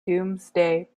domesday